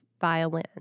violin